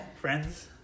Friends